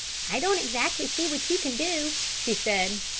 i don't exactly see what you can do, she said,